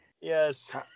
Yes